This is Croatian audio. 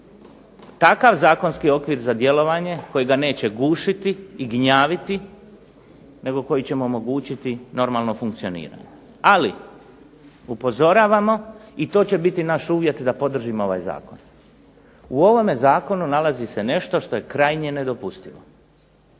takav zakonski okvir za djelovanje koji ga neće gušiti i gnjaviti nego koji će mu omogućiti normalno funkcioniranje, ali upozoravamo i to će biti naš uvjet da podržimo ovaj zakon. U ovome zakonu nalazi se nešto što je krajnje nedopustivo.